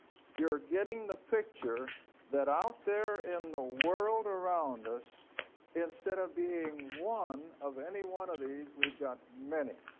youre getting the picture that out there in the world around us instead of being one of any one of these weve got many.